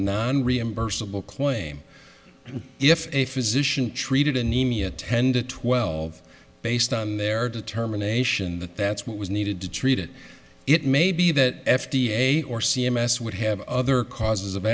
non reimbursable claim if a physician treated anemia ten to twelve based on their determination that that's what was needed to treat it it may be that f d a or c m s would have other causes of